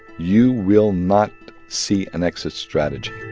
you will not see an exit strategy